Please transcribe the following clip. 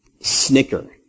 snicker